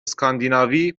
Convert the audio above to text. اسکاندیناوی